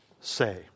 say